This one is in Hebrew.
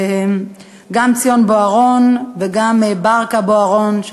גם ציון בוארון וגם בארְכּה בוארון,